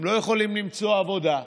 הם לא יכולים למצוא עבודה,